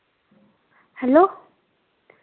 hello